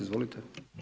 Izvolite.